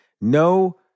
No